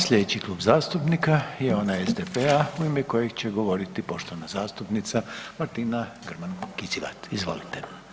Slijedeći Klub zastupnika je onaj SDP-a u ime kojeg će govoriti poštovana zastupnica Martina Grman Kizivat, izvolite.